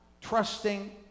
trusting